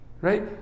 right